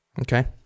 Okay